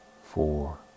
four